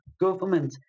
government